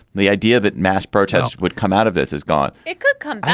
the idea that mass protest would come out of this is god it could come.